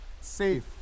safe